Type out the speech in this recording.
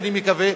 אני מקווה,